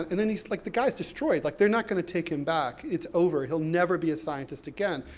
and then he's like, the guy's destroyed. like, they're not going to take him back. it's over, he'll never be a scientist again.